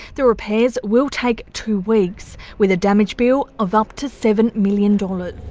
the repairs will take two weeks, with a damage bill of up to seven million dollars.